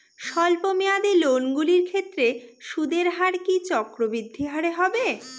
স্বল্প মেয়াদী লোনগুলির ক্ষেত্রে সুদের হার কি চক্রবৃদ্ধি হারে হবে?